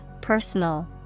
personal